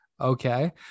okay